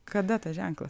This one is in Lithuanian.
kada tas ženklas